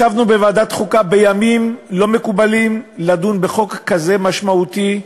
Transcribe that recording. ישבנו בוועדת החוקה בימים שלא מקובל לדון בהם בחוק כזה משמעותי,